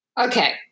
Okay